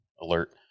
alert